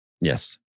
Yes